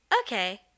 Okay